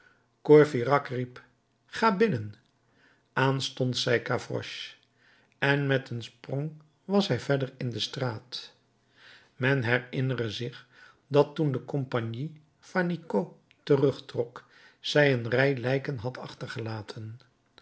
courfeyrac riep ga binnen aanstonds zei gavroche en met een sprong was hij verder in de straat men herinnere zich dat toen de compagnie fannicot terugtrok zij een rij lijken had achtergelaten